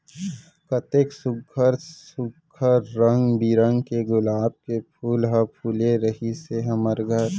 कतेक सुग्घर सुघ्घर रंग बिरंग के गुलाब के फूल ह फूले रिहिस हे हमर घर